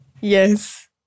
Yes